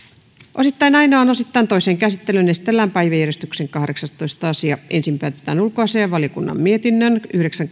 osittain ainoaan osittain toiseen käsittelyyn esitellään päiväjärjestyksen kahdeksastoista asia ensin päätetään ulkoasiainvaliokunnan mietinnön yhdeksän